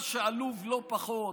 מה שעלוב לא פחות